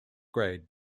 grade